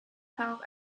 thought